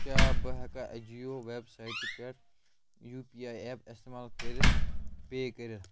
کیٛاہ بہٕ ہٮ۪کا اَجِیو وٮ۪ب سایٹہٕ پٮ۪ٹھ یو پی آی ایپ استعمال کٔرِتھ کٔرِتھ